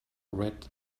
red